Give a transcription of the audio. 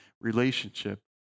relationship